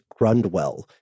Grundwell